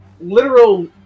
literal